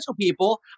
people